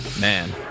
Man